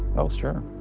oh, sure.